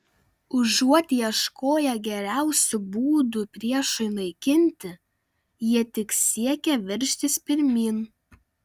užuot ieškoję geriausių būdų priešui naikinti jie tik siekė veržtis pirmyn